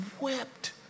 wept